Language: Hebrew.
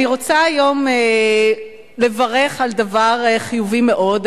אני רוצה היום לברך על דבר חיובי מאוד,